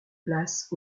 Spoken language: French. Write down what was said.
place